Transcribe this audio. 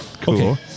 Cool